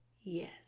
Yes